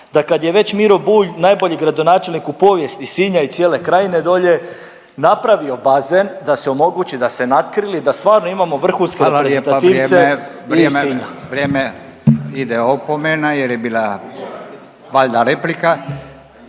da kad je već Miro Bulj najbolji gradonačelnik u povijesti Sinja i cijele krajine dolje napravio bazen da se omogući, da ste natkrili, da stvarno vrhunske …/Upadica: Hvala lijepa vrijeme./… reprezentativce iz Sinja.